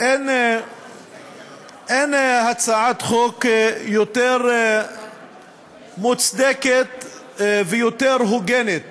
אין הצעת חוק יותר מוצדקת ויותר הוגנת